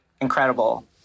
incredible